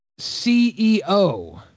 CEO